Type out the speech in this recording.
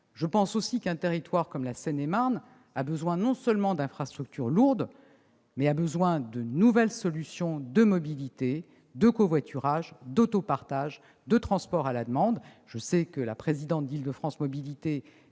revenir -, un département comme la Seine-et-Marne a besoin non seulement d'infrastructures lourdes, mais aussi de nouvelles solutions de mobilité, de covoiturage, d'autopartage, de transport à la demande. Je sais que la présidente d'Île-de-France Mobilités